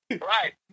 Right